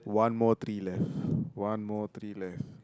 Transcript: one more three left one more three left